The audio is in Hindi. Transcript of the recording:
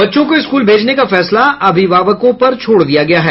बच्चों को स्कूल भेजने का फैसला अभिभावकों पर छोड़ दिया गया है